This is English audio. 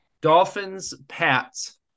Dolphins-Pats